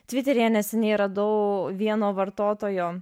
tviteryje neseniai radau vieno vartotojo